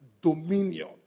dominion